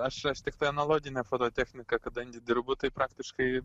aš tiktai analogine fototechnika kadangi dirbu tai praktiškai